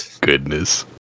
Goodness